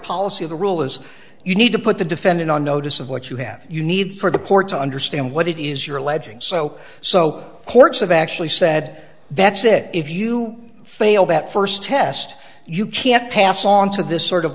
policy the rule is you need to put the defendant on notice of what you have you need for the court to understand what it is you're alleging so so courts have actually said that's it if you fail that first test you can't pass on to this sort of